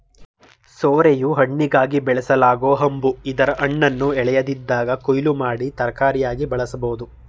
ಸೋರೆಯು ಹಣ್ಣಿಗಾಗಿ ಬೆಳೆಸಲಾಗೊ ಹಂಬು ಇದರ ಹಣ್ಣನ್ನು ಎಳೆಯದಿದ್ದಾಗ ಕೊಯ್ಲು ಮಾಡಿ ತರಕಾರಿಯಾಗಿ ಬಳಸ್ಬೋದು